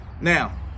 Now